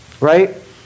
Right